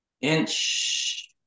inch